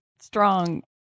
strong